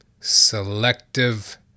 Selective